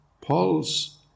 paul's